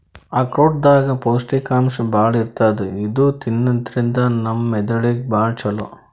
ಆಕ್ರೋಟ್ ದಾಗ್ ಪೌಷ್ಟಿಕಾಂಶ್ ಭಾಳ್ ಇರ್ತದ್ ಇದು ತಿನ್ನದ್ರಿನ್ದ ನಮ್ ಮೆದಳಿಗ್ ಭಾಳ್ ಛಲೋ